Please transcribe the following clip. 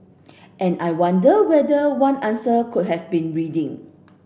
and I wonder whether one answer could have been reading